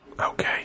Okay